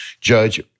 judge